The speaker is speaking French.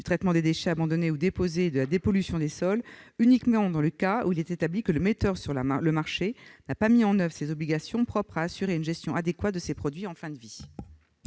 du traitement des déchets abandonnés ou déposés et de la dépollution des sols aux cas où il est établi que le metteur sur le marché n'a pas mis en oeuvre ses obligations propres à assurer une gestion adéquate de ses produits en fin de vie.